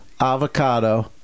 avocado